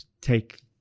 take